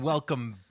Welcome